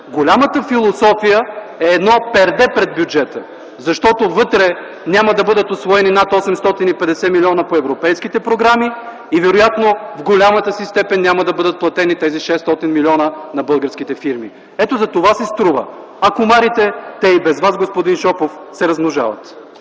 голямата философия е едно перде пред бюджета. Защото вътре няма да бъдат усвоени над 850 млн. лв. по европейските програми и вероятно в голямата си степен няма да бъдат платени тези 600 млн. лв. на българските фирми. Ето затова си струва. А комарите – те и без вас, господин Шопов, се размножават.